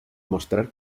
mostrar